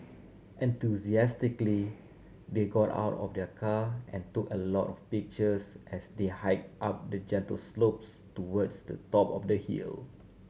enthusiastically they got out of the car and took a lot of pictures as they hike up the gentle slopes towards the top of the hill